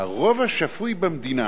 הרוב השפוי במדינה